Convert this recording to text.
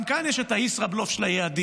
גם כאן יש את הישראבלוף של היעדים.